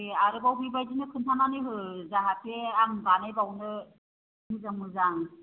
दे आरोबाव बेबायदिनो खोन्थानानै हो जाहाथे आं बानायबावनो मोजां मोजां